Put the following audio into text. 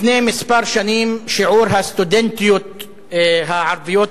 לפני כמה שנים שיעור הסטודנטיות הערביות